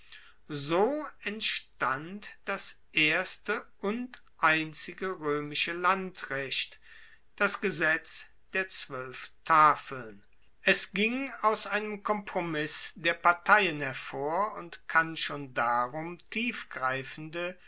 so entstand das erste und einzige roemische landrecht das gesetz der zwoelf tafeln es ging aus einem kompromiss der parteien hervor und kann schon darum tiefgreifende